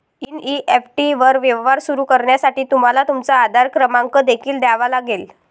NEFT वर व्यवहार सुरू करण्यासाठी तुम्हाला तुमचा आधार क्रमांक देखील द्यावा लागेल